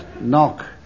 knock